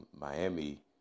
Miami